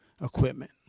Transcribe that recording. equipment